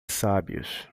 sábios